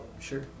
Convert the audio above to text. sure